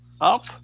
up